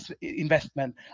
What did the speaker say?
investment